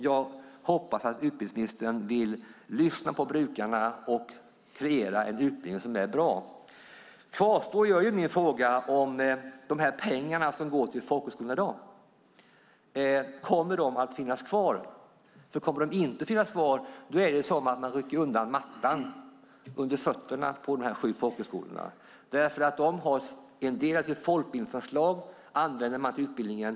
Jag hoppas att utbildningsministern vill lyssna på brukarna och kreera en utbildning som är bra. Kvar står min fråga om de pengar som går till folkhögskolorna i dag. Kommer de att finnas kvar? Om de inte kommer att finnas kvar är det som att rycka undan mattan under fötterna på de sju folkhögskolorna. De har folkbildningsanslag som används till utbildningen.